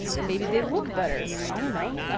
maybe they look better. i don't know,